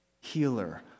healer